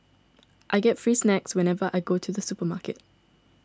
I get free snacks whenever I go to the supermarket